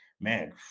Man